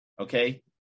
Okay